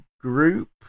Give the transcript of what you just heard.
group